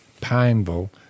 Pineville